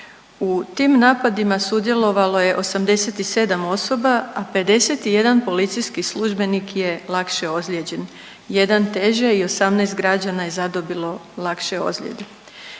U tim napadima sudjelovalo je 87 osoba, a 51 policijski službenik je lakše ozlijeđen, 1 teže i 18 građana je zadobilo lakše ozljede.